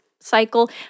cycle